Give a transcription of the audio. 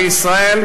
בישראל,